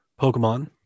Pokemon